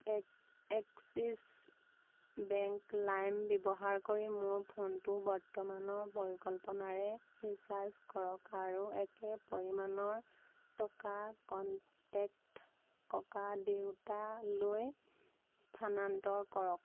axis bank লাইম ব্যৱহাৰ কৰি মোৰ ফোনটো বৰ্তমানৰ পৰিকল্পনাৰে ৰিচাৰ্জ কৰক আৰু একে পৰিমাণৰ টকা কণ্টেক্ট ককাদেউতালৈ স্থানান্তৰ কৰক